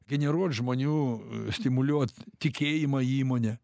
generuot žmonių stimuliuot tikėjimą įmone